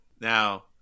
Now